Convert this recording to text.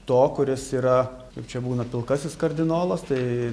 to kuris yra kaip čia būna pilkasis kardinolas tai